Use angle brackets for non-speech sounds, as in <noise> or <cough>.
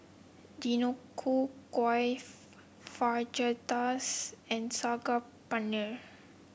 Deodeok Gui <unintelligible> Fajitas and Saag Paneer